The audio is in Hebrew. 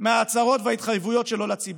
מההצהרות וההתחייבויות שלו לציבור,